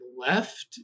left